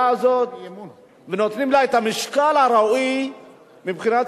הזו ונותנים לה את המשקל הראוי מבחינה ציבורית,